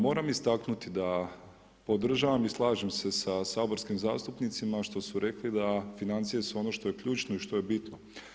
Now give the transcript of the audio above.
Moram istaknuti da podržavam i slažem se sa saborskim zastupnicima što su rekli da financije su ono što je ključno i što je bitno.